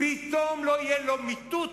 פתאום לא יהיה לא מיטוט